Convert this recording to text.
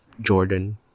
jordan